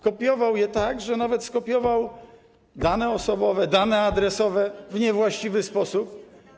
Kopiował je tak, że nawet skopiował dane osobowe, dane adresowe, w niewłaściwy sposób.